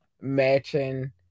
matching